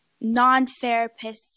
non-therapists